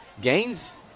Gains